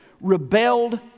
rebelled